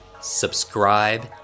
subscribe